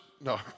No